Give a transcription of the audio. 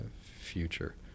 future